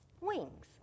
wings